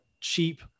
cheap